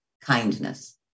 kindness